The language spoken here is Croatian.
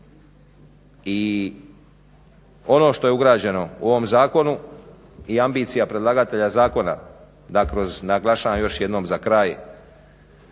i ono što je ugrađeno u ovom zakonu i ambicija predlagatelja zakona da kroz naglašavam još jednom za kraj